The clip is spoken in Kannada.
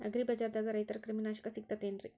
ಅಗ್ರಿಬಜಾರ್ದಾಗ ರೈತರ ಕ್ರಿಮಿ ನಾಶಕ ಸಿಗತೇತಿ ಏನ್?